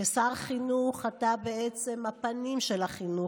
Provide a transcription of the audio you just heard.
כשר חינוך אתה בעצם הפנים של החינוך,